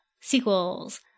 sequels